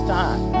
time